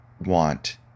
want